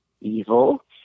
evil